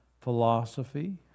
philosophy